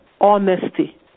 honesty